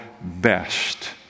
best